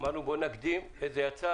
ואמרנו שנקדים וזה יצא